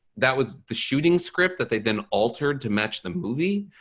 that was the shooting script that they've been altered to match the movie.